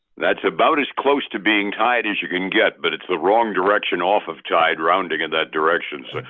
that's about as close to being tied as you can get, but it's the wrong direction off of tied rounding in that direction.